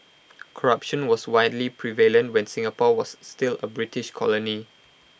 corruption was widely prevalent when Singapore was still A British colony